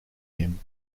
him